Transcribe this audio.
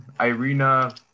Irina